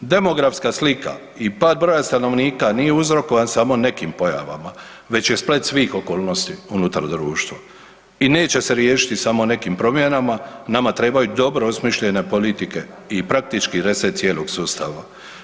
Demografska slika i broj pada stanovnika nije uzrokovan samo nekim pojavama već je splet svih okolnosti unutar društva i neće se riješiti samo nekim promjenama, nama trebaju dobro osmišljene politike i praktički reset cijelog sustava.